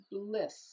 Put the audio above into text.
bliss